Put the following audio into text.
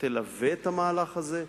תלווה את המהלך הזה.